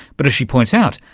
but, as she points out,